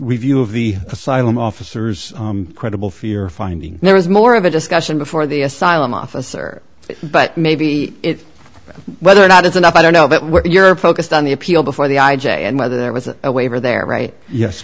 review of the asylum officers credible fear finding there was more of a discussion before the asylum officer but maybe it's whether or not it's enough i don't know that you're focused on the appeal before the i j a and whether there was a waiver there right yes